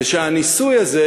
ושהניסוי הזה,